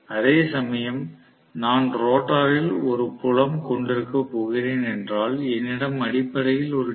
அதேசமயம் நான் ரோட்டரில் ஒரு புலம் கொண்டிருக்கப் போகிறேன் என்றால் என்னிடம் அடிப்படையில் ஒரு டி